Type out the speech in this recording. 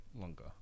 longer